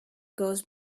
goes